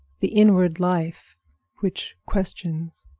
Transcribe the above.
the inward life which questions.